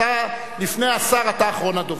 לפני השר אתה אחרון הדוברים.